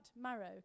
marrow